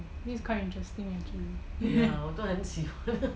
this is quite interesting actually